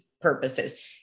purposes